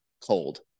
cold